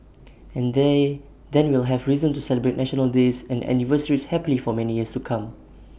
and they then we'll have reason to celebrate national days and anniversaries happily for many years to come